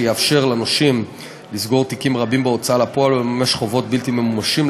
שיאפשר לנושים לסגור תיקים רבים בהוצאה לפועל ולממש חובות בלתי ממומשים.